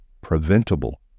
preventable